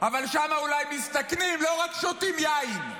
אבל שם אולי מסתכנים, לא רק שותים יין,